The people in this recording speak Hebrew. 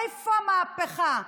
איפה המהפכה?